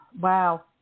Wow